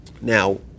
Now